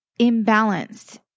imbalanced